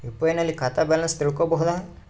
UPI ನಲ್ಲಿ ಖಾತಾ balance ತಿಳಕೊ ಬಹುದಾ?